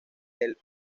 del